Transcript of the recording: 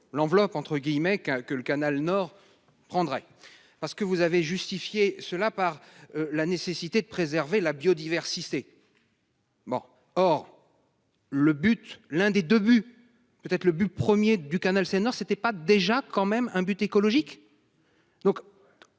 l'enveloppe entre guillemets car que le canal Nord prendrait parce que vous avez justifié cela par la nécessité de préserver la biodiversité. Le but, l'un des deux buts peut être le but 1er du canal Seine-Nord c'était pas déjà quand même un but écologique.